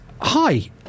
Hi